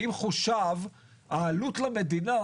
האם חושב העלות למדינה,